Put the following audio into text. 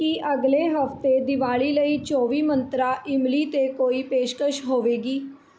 ਕੀ ਅਗਲੇ ਹਫਤੇ ਦੀਵਾਲੀ ਲਈ ਚੌਵੀ ਮੰਤਰਾ ਇਮਲੀ 'ਤੇ ਕੋਈ ਪੇਸ਼ਕਸ਼ ਹੋਵੇਗੀ